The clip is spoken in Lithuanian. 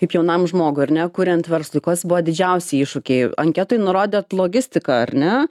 kaip jaunam žmogui ar ne kuriant verslą kas buvo didžiausi iššūkiai anketoj nurodėt logistiką ar ne